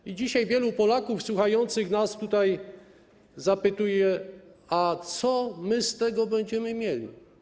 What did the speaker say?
I dzisiaj wielu Polaków słuchających nas tutaj zapytuje: A co my z tego będziemy mieli?